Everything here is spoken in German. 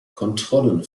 kontrollen